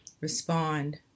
respond